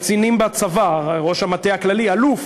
קצינים בצבא, ראש המטה הכללי, אלוף,